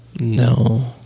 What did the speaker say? No